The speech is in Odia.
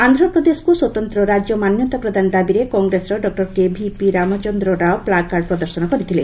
ଆନ୍ଧ୍ରପ୍ରଦେଶକୁ ସ୍ୱତନ୍ତ୍ର ରାଜ୍ୟ ମାନ୍ୟତା ପ୍ରଦାନ ଦାବିରେ କଂଗ୍ରେସର ଡକ୍କର କେଭିପି ରାମଚନ୍ଦ୍ର ରାଓ ପ୍ଲାକାର୍ଡ଼ ପ୍ରଦର୍ଶନ କରିଥିଲେ